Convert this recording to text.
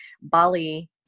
Bali